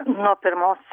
nuo pirmos